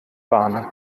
bahnen